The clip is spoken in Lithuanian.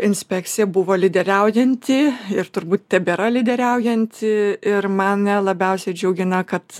inspekcija buvo lyderiaujanti ir turbūt tebėra lyderiaujanti ir mane labiausiai džiugina kad